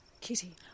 Kitty